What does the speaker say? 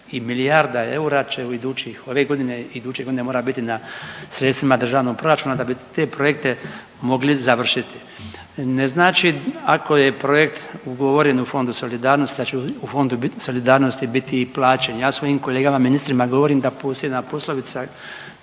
i milijarda eura će u idućih, ove godine i iduće godine mora biti na sredstvima državnog proračuna da bi te projekte mogli završiti. Ne znači ako je projekt ugovoren u Fondu solidarnosti da će u Fondu solidarnosti biti i plaćen. Ja svojim kolegama ministrima govorim da …/Govornik